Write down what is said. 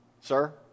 Sir